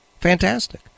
Fantastic